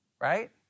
Right